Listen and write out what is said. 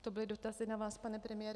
To byly dotazy na vás, pane premiére.